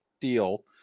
deal